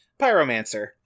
Pyromancer